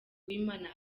uwimana